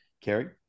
Kerry